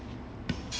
cause